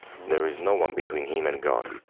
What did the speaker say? there is no one between him and god.